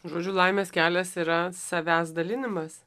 žodžiu laimės kelias yra savęs dalinimas